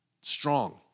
Strong